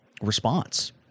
response